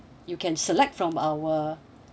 you can select from our